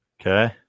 okay